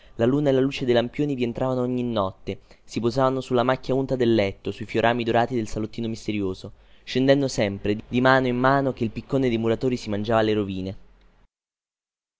la luna e la luce dei lampioni vi entravano ogni notte si posavano sulla macchia unta del letto sui fiorami dorati del salottino misterioso scendendo sempre di mano in mano che il piccone dei muratori si mangiava le rovine